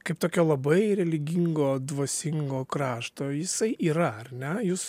kaip tokia labai religingo dvasingo krašto jisai yra ar ne jūs